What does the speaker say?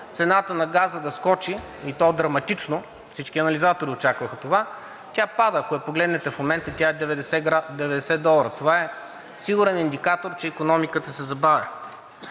цената на газа да скочи, и то драматично, всички анализатори очакваха това, тя пада. Ако я погледнете в момента, тя е 90 долара. Това е сигурен индикатор, че икономиката се забавя.